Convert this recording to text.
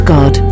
God